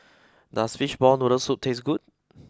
does Fishball Noodle Soup taste good